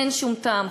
אין שום טעם,